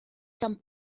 san